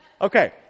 Okay